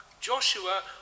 Joshua